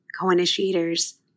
co-initiators